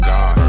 God